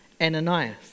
Ananias